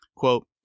Quote